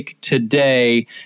Today